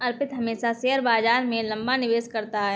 अर्पित हमेशा शेयर बाजार में लंबा निवेश करता है